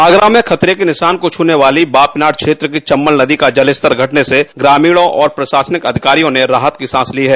आगरा में खतरे के निशान को छूने वाली बाह पिनाहट क्षेत्र की चंबल नदी का जलस्तर घटने से ग्रामीणों और प्रशासनिक अधिकारियों ने राहत की सांस ली है